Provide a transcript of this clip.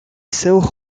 são